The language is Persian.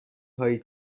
هایی